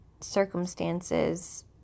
circumstances